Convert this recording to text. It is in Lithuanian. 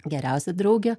geriausia draugė